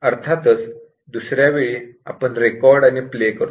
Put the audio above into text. अर्थातच दुसर्या वेळी आपण रेकॉर्ड आणि प्ले करतो